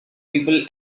people